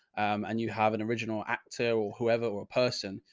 and you have an original actor or whoever, or a person,